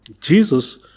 Jesus